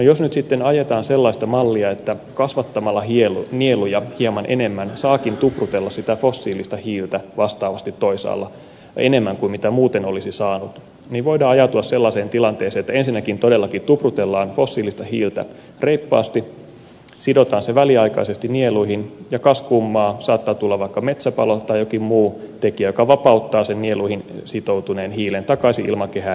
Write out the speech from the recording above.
jos nyt sitten ajetaan sellaista mallia että kasvattamalla nieluja hieman enemmän saakin tuprutella sitä fossiilista hiiltä vastaavasti toisaalla enemmän kuin mitä muuten olisi saanut voidaan ajautua sellaiseen tilanteeseen että ensinnäkin todellakin tuprutellaan fossiilista hiiltä reippaasti sidotaan se väliaikaisesti nieluihin ja kas kummaa saattaa tulla vaikka metsäpalo tai jokin muu tekijä joka vapauttaa sen nieluihin sitoutuneen hiilen takaisin ilmakehään